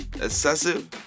excessive